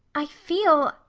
i feel.